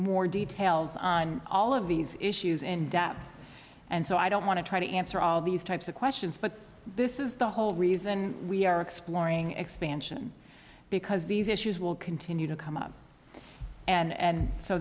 more details on all of these issues in depth and so i don't want to try to answer all these types of questions but this is the whole reason we are exploring expansion because these issues will continue to come up and